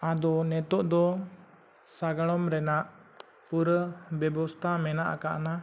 ᱟᱫᱚ ᱱᱤᱛᱚᱜ ᱫᱚ ᱥᱟᱸᱜᱟᱲᱚᱢ ᱨᱮᱱᱟᱜ ᱯᱩᱨᱟᱹ ᱵᱮᱵᱚᱥᱛᱷᱟ ᱢᱮᱱᱟᱜ ᱟᱠᱟᱣᱱᱟ